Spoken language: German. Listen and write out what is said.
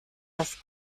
das